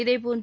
இதேபோன்று